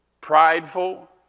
prideful